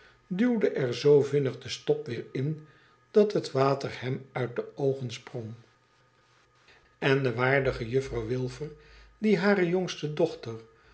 duwde er z vinnig de stop weer in dat het water hem uit de oogen sprong n de waardige juffrouw wilfer die hare jongste dochter